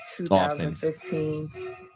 2015